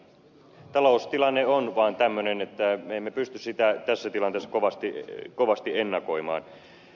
taloustilanne on vaan tämmöinen että me emme pysty sitä tässä tilanteessa kovasti ennakoimaan